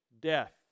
death